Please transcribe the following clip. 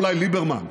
אולי ליברמן,